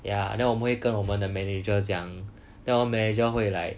ya then 我们会跟我们的 manager 讲 then 我们 manager 会 like